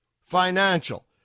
financial